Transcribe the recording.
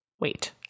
Wait